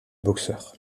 boxeurs